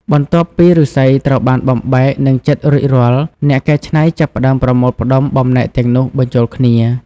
បន្ទាប់ពីឫស្សីត្រូវបានបំបែក និងចិតរួចរាល់ អ្នកកែច្នៃចាប់ផ្ដើមប្រមូលផ្ដុំបំណែកទាំងនោះបញ្ចូលគ្នា។